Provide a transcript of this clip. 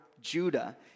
Judah